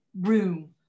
room